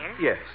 Yes